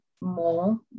more